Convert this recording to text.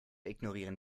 ignorieren